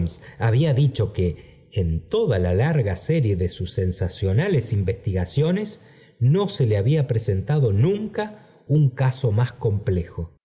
había dicho míe en toda la larga serie de sus sensacionales iñffctigaciones no se le había presentado nunca un caso más complejo